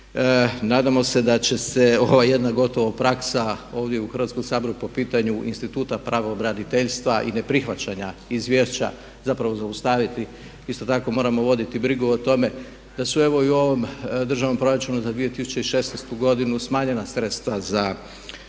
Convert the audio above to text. nadamo se da će se ova jedna gotovo praksa ovdje u Hrvatskom saboru po pitanju instituta pravobraniteljstva i ne prihvaćanja izvješća zapravo zaustaviti. Isto tako moramo voditi brigu o tome da su evo i u ovom državnom proračunu za 2016. godinu smanjenja sredstva za osobe,